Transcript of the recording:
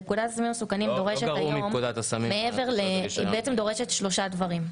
פקודת הסמים המסוכנים עצם דורשת היום שלושה דברים.